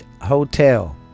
Hotel